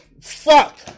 Fuck